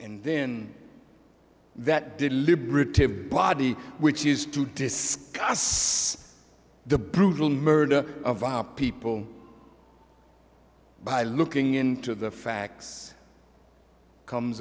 and then that deliberative body which is to discuss the brutal murder of our people by looking into the facts comes